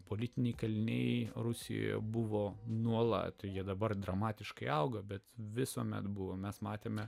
politiniai kaliniai rusijoje buvo nuolat jie dabar dramatiškai auga bet visuomet buvo mes matėme